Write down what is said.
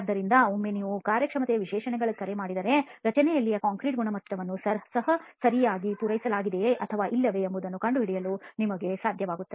ಆದ್ದರಿಂದ ಒಮ್ಮೆ ನೀವು ಕಾರ್ಯಕ್ಷಮತೆಯ ವಿಶೇಷಣಗಳಿಗಾಗಿ ಕರೆ ಮಾಡಿದರೆ ರಚನೆಯಲ್ಲಿನ ಕಾಂಕ್ರೀಟ್ ಗುಣಮಟ್ಟವನ್ನು ಸಹ ಸರಿಯಾಗಿ ಪೂರೈಸಲಾಗಿದೆಯೆ ಅಥವಾ ಇಲ್ಲವೇ ಎಂಬುದನ್ನು ಕಂಡುಹಿಡಿಯಲು ನಿಮಗೆ ಸಾಧ್ಯವಾಗುತ್ತದೆ